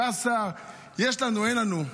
16, יש לנו, אין לנו.